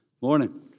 Morning